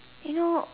you know